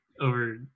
over